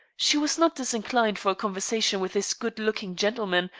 she was not disinclined for a conversation with this good-looking gentleman,